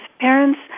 parents